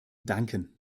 danken